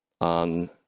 on